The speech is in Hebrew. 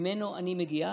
שממנו אני מגיעה.